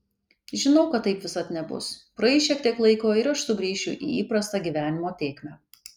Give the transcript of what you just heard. žinau kad taip visad nebus praeis šiek tiek laiko ir aš sugrįšiu į įprastą gyvenimo tėkmę